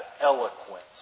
eloquence